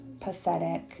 pathetic